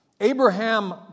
Abraham